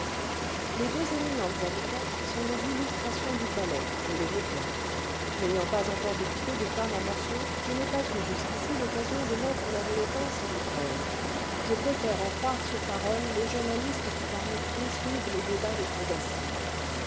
les deux éniinentes avocates sont des illustrations du palais je le veux bien n'ayant pas encore découpé de femmes en morceaux je n'ai pas eu jusqu'ici l'occasion de mettre leur éloquence à l'épreuve je préfère en croire sur parole les journalistes qui par métier suivent les débats des cours d'assises